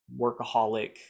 workaholic